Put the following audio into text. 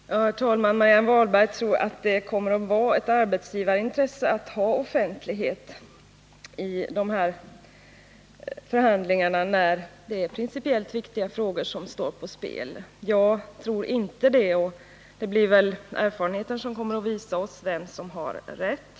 Herr talman! Marianne Wahlberg tror att det kommer att vara ett arbetsgivarintresse att ha offentliga förhandlingar när principiellt viktiga frågor står på spel. Det tror inte jag, och erfarenheten kommer väl att visa vem som har rätt.